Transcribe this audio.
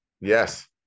Yes